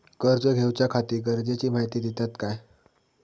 कर्ज घेऊच्याखाती गरजेची माहिती दितात काय?